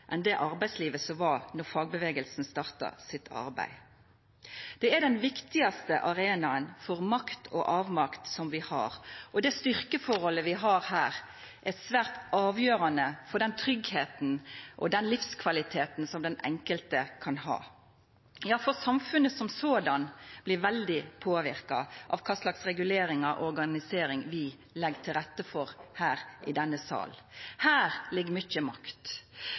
enn det arbeidslivet som var då fagrørsla starta sitt arbeid. Det er den viktigaste arenaen for makt og avmakt som vi har. Det styrkeforholdet vi har her, er svært avgjerande for den tryggleiken og den livskvaliteten som den enkelte kan ha – ja, for samfunnet som såleis blir veldig påverka av kva slags reguleringar og organisering vi legg til rette for her i denne salen. Her ligg mykje makt.